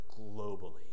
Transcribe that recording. globally